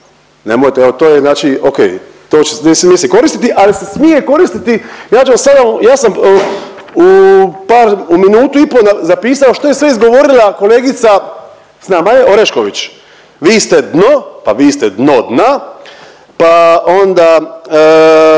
Nemojte evo to je znači ok to ću mislim koristiti, ali se smije koristiti ja ću vam sada ja sam u par u minutu i po napisao što je sve izgovorila kolegica s nama je Orešković, vi ste dno pa vi ste dno dna, pa onda